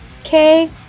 okay